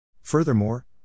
Furthermore